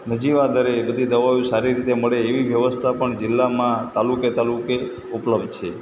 નજીવા દરે બધી દવાઓ સારી રીતે મળે એવી વ્યવસ્થા પણ જિલ્લામાં તાલુકે તાલુકે ઉપલબ્ધ છે